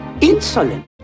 Insulin